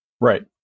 Right